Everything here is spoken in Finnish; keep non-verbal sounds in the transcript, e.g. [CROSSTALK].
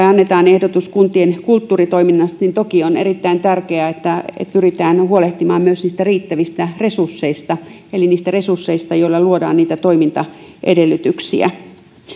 [UNINTELLIGIBLE] annetaan ehdotus kuntien kulttuuritoiminnasta toki on erittäin tärkeää että pyritään huolehtimaan myös niistä riittävistä resursseista eli niistä resursseista joilla luodaan niitä toimintaedellytyksiä